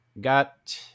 got